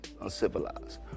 uncivilized